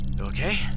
Okay